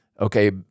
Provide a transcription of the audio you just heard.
Okay